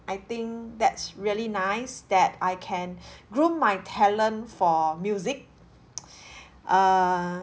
I think that's really nice that I can groom my talent for music err